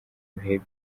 bihe